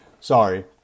Sorry